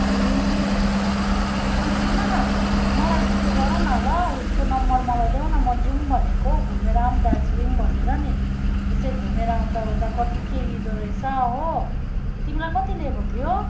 ए अनि सुनन मलाई उयो गरन ल उसको नम्बर मलाई देउन म जाउँ भनेको घुमेर आउँ दार्जिलिङ भनेर नि त्यसै घुमेर आउँदाओर्दा कति के लिँदो रहेछ हो तिमीलाई कति लिएको थियो